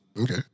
okay